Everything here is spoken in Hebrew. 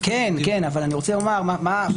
כן, אבל מה העניין?